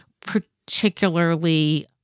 particularly—